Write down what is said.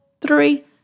three